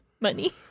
money